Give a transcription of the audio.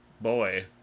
boy